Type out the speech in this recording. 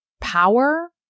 power